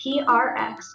PRX